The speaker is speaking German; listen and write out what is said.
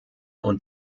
und